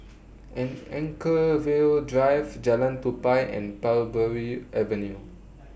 An Anchorvale Drive Jalan Tupai and Parbury Avenue